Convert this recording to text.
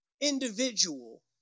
individual